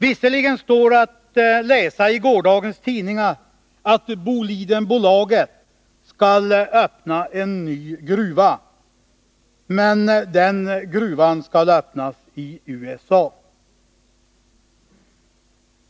Visserligen står det att läsa i gårdagens tidningar att Bolidenbolaget skall öppna en ny gruva — men den gruvan skall öppnas i USA.